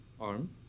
arm